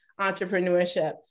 entrepreneurship